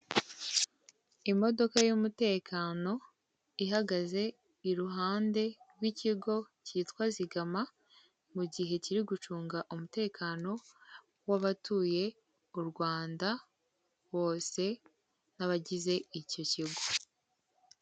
Imodoka y'umutekano ihagaze iruhande rw'ikigo kitwa zigama, mu gihe kiri gucunga umutekano w'abatuye u Rwanda bose, nk'abagize icyo kigo.